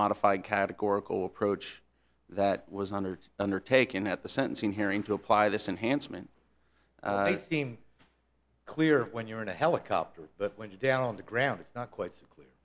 modified categorical approach that was honored undertaken at the sentencing hearing to apply this enhanced meant clear when you're in a helicopter but when you're down on the ground it's not quite clear